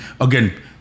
again